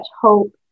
hope